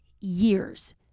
years